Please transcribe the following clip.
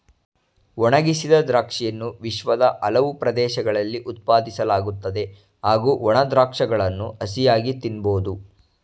ಒಣಗಿಸಿದ ದ್ರಾಕ್ಷಿಯನ್ನು ವಿಶ್ವದ ಹಲವು ಪ್ರದೇಶಗಳಲ್ಲಿ ಉತ್ಪಾದಿಸಲಾಗುತ್ತದೆ ಹಾಗೂ ಒಣ ದ್ರಾಕ್ಷಗಳನ್ನು ಹಸಿಯಾಗಿ ತಿನ್ಬೋದು